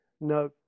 no